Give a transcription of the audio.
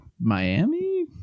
Miami